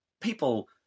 people